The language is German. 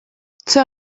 zur